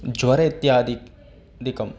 ज्वरः इत्यादिकम्